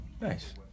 Nice